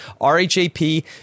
RHAP